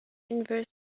inverse